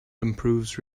improves